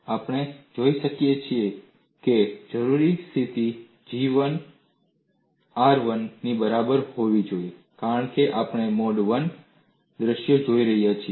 આપણે જોઈ શકીએ છીએ કે જરૂરી સ્થિતિ G 1 R 1 ની બરાબર હોવી જોઈએ કારણ કે આપણે મોડ 1 દૃશ્ય જોઈ રહ્યા છીએ